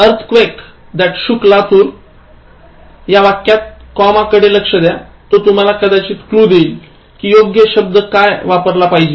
The earthquakethat shook Latur या वाक्यात comma कडे लक्ष द्या तो तुम्हाला कदाचित क्लू देईल कि योग्य शब्द काय वापरला पाहिजे